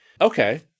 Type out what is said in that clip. Okay